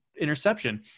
interception